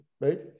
right